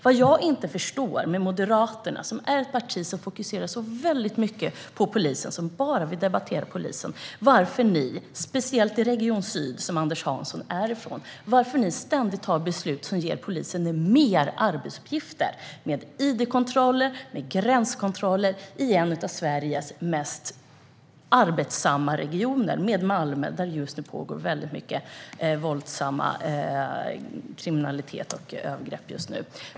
Vad jag inte förstår är varför Moderaterna - ett parti som fokuserar väldigt mycket på polisen och som bara vill debattera polisen - ständigt fattar beslut som ger polisen fler arbetsuppgifter, som id-kontroller och gränskontroller. Detta gäller speciellt i Region Syd, som Anders Hansson kommer från, som är en av Sveriges mest arbetsbelastade regioner. I Malmö sker just nu väldigt mycket våldsam kriminalitet och många övergrepp.